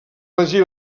elegir